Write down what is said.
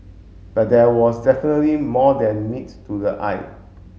but there was definitely more than meets to the eye